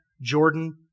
Jordan